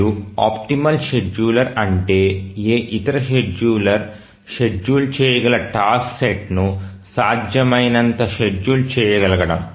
మరియు optimal scheduler అంటే ఏ ఇతర షెడ్యూలర్ షెడ్యూల్ చేయగల టాస్క్ సెట్ను సాధ్యమైనంత షెడ్యూల్ చేయగలగడం